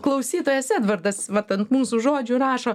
klausytojas edvardas vat ant mūsų žodžių rašo